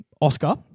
Oscar